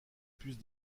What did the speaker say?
puces